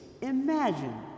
Imagine